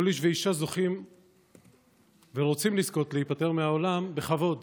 כל איש ואישה רוצים לזכות להיפטר מהעולם בכבוד.